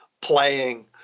playing